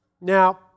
Now